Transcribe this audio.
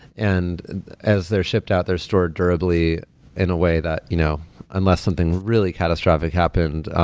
and as they're shipped out, they're stored durably in a way that you know unless something really catastrophic happened,